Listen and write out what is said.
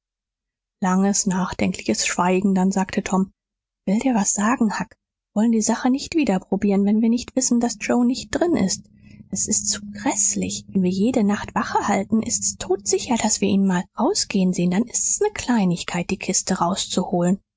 langes nachdenkliches schweigen dann sagte tom will dir was sagen huck wollen die sache nicht wieder probieren wenn wir nicht wissen daß joe nicht drin ist s ist zu gräßlich wenn wir jede nacht wache halten ist's todsicher daß wir ihn mal rausgehen sehen dann ist's ne kleinigkeit die kiste rauszuholen